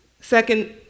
Second